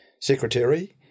secretary